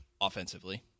Offensively